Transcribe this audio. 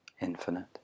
infinite